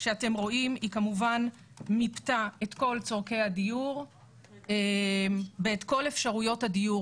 שאתם רואים היא כמובן מיפתה את כל צורכי הדיור ואת כל אפשרויות הדיור,